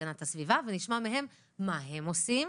להגנת הסביבה ונשמע מהם מה הם עושים,